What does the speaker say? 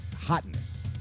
hotness